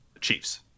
Chiefs